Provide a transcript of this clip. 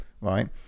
Right